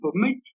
permit